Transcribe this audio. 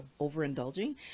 overindulging